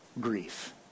grief